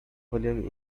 volume